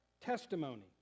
testimony